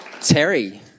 Terry